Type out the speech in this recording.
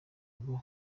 bwo